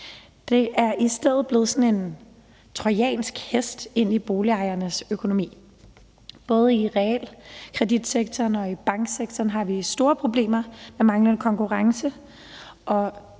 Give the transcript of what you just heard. Det er i stedet blevet sådan en trojansk hest i boligejernes økonomi. Både i realkreditsektoren og i banksektoren har vi store problemer med manglende konkurrence,